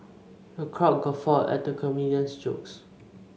the crowd guffawed at the comedian's jokes